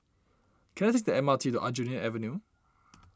can I take the M R T to Aljunied Avenue